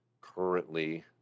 Currently